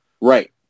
right